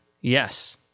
Yes